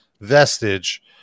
vestige